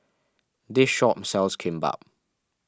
this shop sells Kimbap